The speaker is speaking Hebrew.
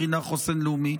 מקרינה חוסן לאומי.